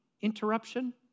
interruption